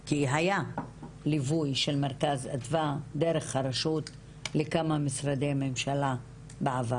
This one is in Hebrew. כי היה ליווי של מרכז אדוה דרך הרשות לכמה משרדי ממשלה בעבר.